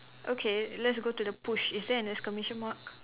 okay let's go to the push is there an exclamation mark